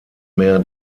mehr